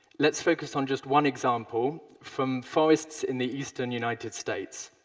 let's focus on just one example from forests in the eastern united states.